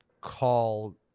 call